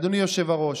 אדוני היושב-ראש,